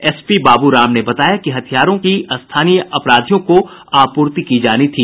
SP Babu Ram ने बताया कि हथियारों की स्थानीय अपराधियों को आपूर्ति की जानी थी